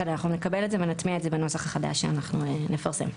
אנחנו נקבל את זה ונטמיע בנוסח החדש שאנחנו נפרסם.